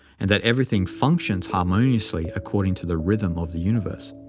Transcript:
and that everything functions harmoniously according to the rhythm of the universe.